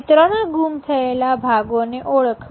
ચિત્રોના ગુમ થયેલા ભાગોને ઓળખવા